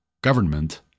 government